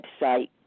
website